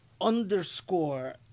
underscore